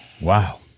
Wow